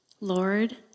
Lord